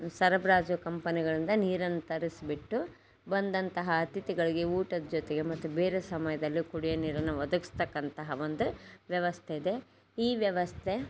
ಸರಬರಾಜು ಕಂಪನಿಗಳಿಂದ ನೀರನ್ನು ತರಿಸ್ಬಿಟ್ಟು ಬಂದಂತಹ ಅತಿಥಿಗಳಿಗೆ ಊಟದ ಜೊತೆಗೆ ಮತ್ತು ಬೇರೆ ಸಮಯದಲ್ಲಿ ಕುಡಿಯೋ ನೀರನ್ನು ಒದಗಿಸ್ತಕ್ಕಂತಹ ಒಂದು ವ್ಯವಸ್ಥೆಯಿದೆ ಈ ವ್ಯವಸ್ಥೆ